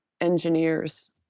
engineers